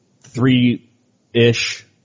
three-ish